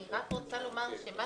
אני רק רוצה לומר שמה